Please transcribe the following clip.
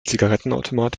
zigarettenautomat